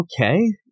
okay